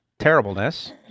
Terribleness